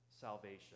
salvation